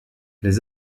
les